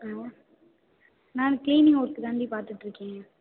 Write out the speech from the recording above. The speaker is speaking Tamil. ஆ நான் க்ளீனிங் ஒர்க் தான்டி பார்த்துட்டுருக்கேன்